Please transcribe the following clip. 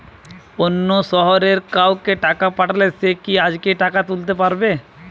অন্য শহরের কাউকে টাকা পাঠালে সে কি আজকেই টাকা তুলতে পারবে?